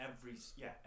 every—yeah